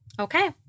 Okay